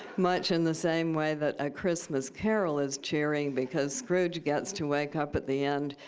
much in the same way that a christmas carol is cheering because scrooge gets to wake up at the end,